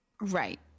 right